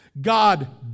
God